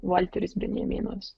valteris benjaminas